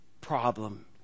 problem